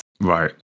Right